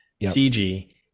CG